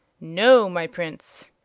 no, my prince.